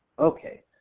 okay.